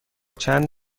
چند